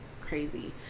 crazy